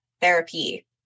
therapy